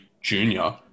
junior